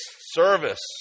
service